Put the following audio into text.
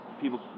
people